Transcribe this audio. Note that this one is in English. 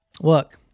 look